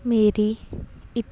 ਮੇਰੀ ਇੱਕ